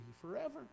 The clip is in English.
forever